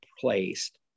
placed